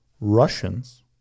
Russians